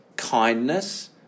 Kindness